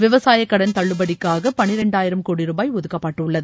விவசாய கடன் தள்ளுபடிக்காக பன்னிரெண்டாயிரம் கோடி ரூபாய் ஒதுக்கப்பட்டுள்ளது